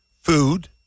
food